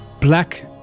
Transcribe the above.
Black